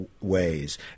ways